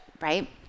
right